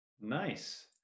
Nice